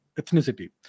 ethnicity